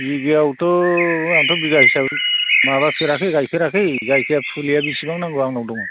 बिगायावथ' आंथ' बिगा हिसाबै माबाफेराखै गायफेराखै जायखिजाया फुलिया बेसेबां नांगौ आंनाव दङ